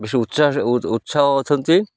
ବେଶୀ ଉତ୍ସାହ ଉତ୍ସାହ ଅଛନ୍ତି